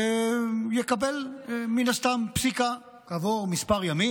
יקבל מן הסתם פסיקה כעבור כמה ימים,